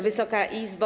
Wysoka Izbo!